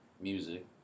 music